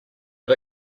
but